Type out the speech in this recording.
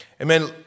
Amen